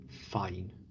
fine